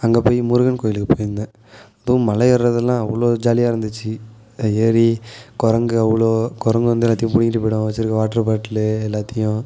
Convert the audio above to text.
அங்கே போய் முருகன் கோயிலுக்கு போயிருந்தேன் அதுவும் மலையேறதெல்லாம் அவ்வளோ ஜாலியாக இருந்துச்சு ஏறி குரங்கு அவ்வளோ குரங்கு வந்து எல்லாத்தையும் பிடிங்கிட்டு போய்டும் வச்சிருக்கற வாட்டரு பாட்டில் எல்லாத்தையும்